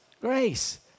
grace